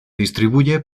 distribuye